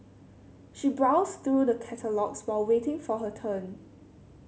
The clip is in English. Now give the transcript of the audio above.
she browsed through the catalogues while waiting for her turn